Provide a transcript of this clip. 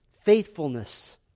faithfulness